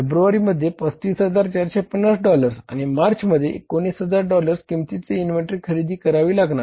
February मध्ये 35450 dollars आणि March मध्ये 19000 डॉलर्स किंमतीचे इन्व्हेंटरी खरेदी करावी लागणार